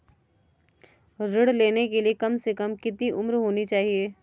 ऋण लेने के लिए कम से कम कितनी उम्र होनी चाहिए?